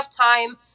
time